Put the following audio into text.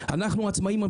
העצמאים,